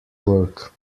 work